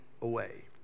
away